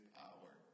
power